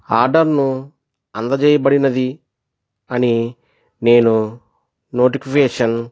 ఆర్డర్ను అందచేయబడినది అని నేను నోటిఫికేషన్